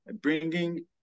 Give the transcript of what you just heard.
bringing